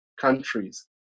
countries